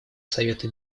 совета